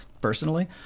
personally